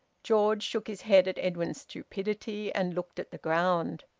george shook his head at edwin's stupidity, and looked at the ground.